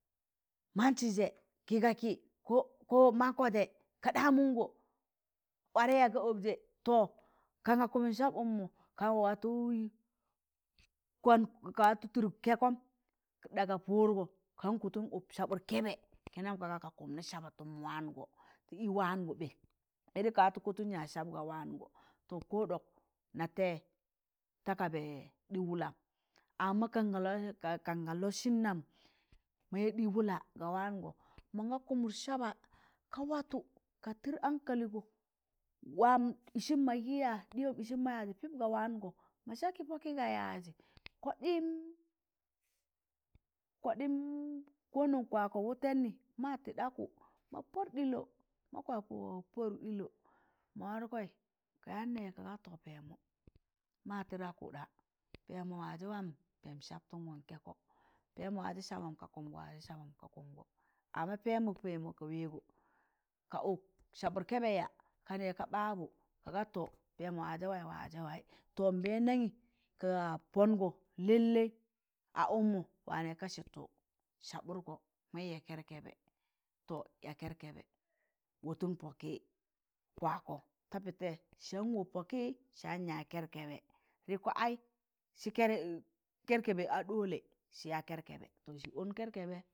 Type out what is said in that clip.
Mansị jẹ kịga kị ko ko mankọ jẹ ka ɗamungo warẹ ya ga ọbjẹ to kanga kụmụn sab ụkmọ ka watọ tẹdụk kẹẹkọm daga pụdgọ kayan kọtọn ụp sabụt kẹbẹ kịnam kaga ka kụmna saba tọm waan gọ tị ị waangọ kọtọn yaịz saba tị ị waangọ to ko ɗọk na tẹẹị ta kabẹị ɗịị wụlam amma kanga lọsịn nam ma yaa ɗị wụla ga waangọ mọngkụmụd saba ka watọ ka tịd hankaligo waam ịsịn magị ya ɗịyọm ịsịn magị yaịzị pịb ga waangọ ma sa kịpọkị ga yaịzị kọɗịm, kọɗịm ko non kwakọ wụtẹnị ma tịɗa kụ ma pọd ɗịlọ ma kwapọ pọdụk ɗịlọ ma wargọị ka yaan nẹẹzị kaga to pẹẹmọ waam pẹẹm sabtụn gọn kẹẹkọ pẹẹmọ wazẹ sabam ka kụmgọ wazẹ sabam ka kụmgọ, amma pẹẹmọ ka weego ka ụk sabụt kẹẹbẹ yaa? ka nẹẹka kaga ɓabu. kaga to pẹẹmọ wazẹ waị wazẹ waị to nbendanyị ka pọngọ lallai a ụkmọ wa nẹẹzị kasi to sabụt gọ mọi ya kẹrkẹbẹ to ya kerkebe wọtọn pọkị kwakọ ta pịtẹ sị yaan wọb pọkị sị yaan ya kẹrkẹbẹ, rikko ai si keri aị kẹrkẹbẹ a ɗole sịya kẹrkẹbẹ tọ sị ọn kẹrkẹbẹ.